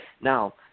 Now